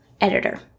editor